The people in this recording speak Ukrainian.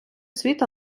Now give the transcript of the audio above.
світ